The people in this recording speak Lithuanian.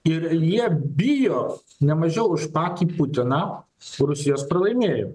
ir jie bijo nemažiau už patį putiną su rusijos pralaimėjimu